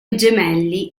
gemelli